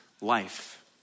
life